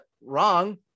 wrong